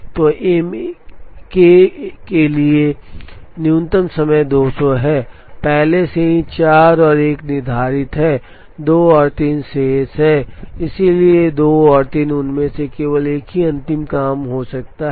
तो एम 1 के लिए न्यूनतम समय 200 है पहले से ही 4 और 1 निर्धारित है 2 और 3 शेष हैं इसलिए 2 और 3 उनमें से केवल एक ही अंतिम काम हो सकता है